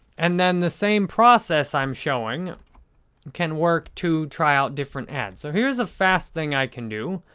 and then, the same process i'm showing can work to try out different ads. so, here's a fast thing i can do.